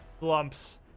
lumps